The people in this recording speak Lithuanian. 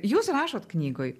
jūs rašot knygoj